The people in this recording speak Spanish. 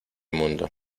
mundo